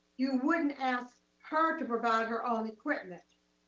you wouldn't ask her to provide her own equipment.